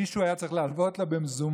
מישהו היה צריך להלוות לה במזומן,